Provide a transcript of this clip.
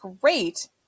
great